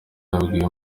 yabwiye